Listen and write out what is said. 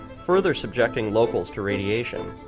further subjecting locals to radiation.